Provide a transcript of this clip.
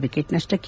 wicket ನಷ್ಟಕ್ಕೆ